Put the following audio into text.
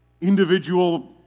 individual